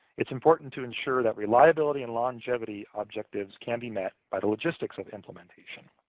it's important to ensure that reliability and longevity objectives can be met by the logistics of implementation.